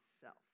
self